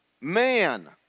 man